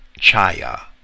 Chaya